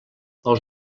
els